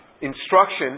instruction